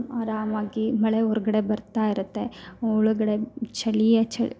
ಆರಾಮವಾಗಿ ಮಳೆ ಹೊರಗಡೆ ಬರ್ತಾಯಿರುತ್ತೆ ಒಳಗಡೆ ಚಳಿಯೇ ಚ